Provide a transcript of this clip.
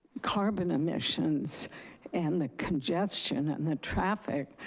carbon emissions and the congestion and the traffic,